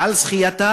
על זכייתה